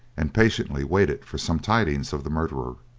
and patiently waited for some tidings of the murderer.